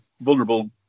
vulnerable